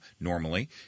normally